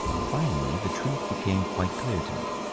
finally the truth became quite clear to me.